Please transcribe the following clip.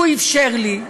הוא אפשר לי,